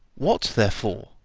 what, therefore,